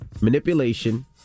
Manipulation